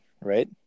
right